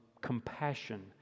compassion